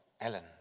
Ellen